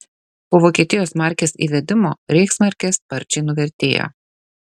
po vokietijos markės įvedimo reichsmarkė sparčiai nuvertėjo